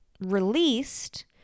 released